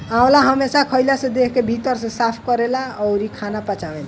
आंवला हमेशा खइला से देह के भीतर से साफ़ करेला अउरी खाना पचावेला